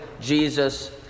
Jesus